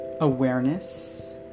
awareness